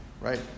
right